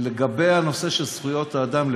לגבי הנושא של זכויות האדם,